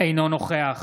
אינו נוכח